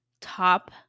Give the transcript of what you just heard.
Top